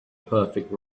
perfect